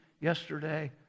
yesterday